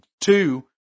two